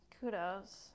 Kudos